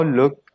look